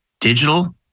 digital